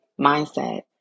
mindset